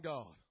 God